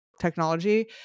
technology